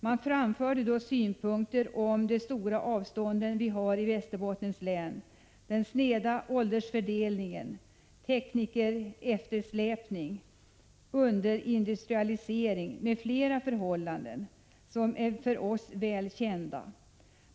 Man framförde då synpunkter om de stora avstånd vi har i Västerbottens län, den sneda åldersfördelningen, teknikereftersläpningen, underindustrialiseringen, m.fl. förhållanden som är för oss väl kända.